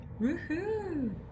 Woohoo